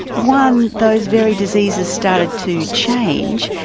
one, those very diseases started to change,